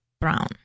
brown